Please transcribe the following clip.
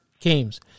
games